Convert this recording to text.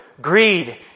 greed